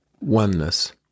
oneness